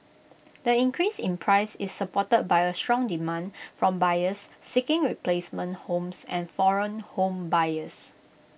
the increase in price is supported by A strong demand from buyers seeking replacement homes and foreign home buyers